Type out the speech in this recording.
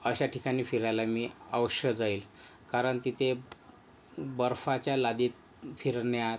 अशा ठिकाणी फिरायला मी अवश्य जाईल कारण तिथे बर्फाच्या लादीत फिरण्यात